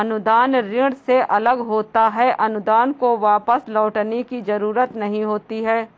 अनुदान ऋण से अलग होता है अनुदान को वापस लौटने की जरुरत नहीं होती है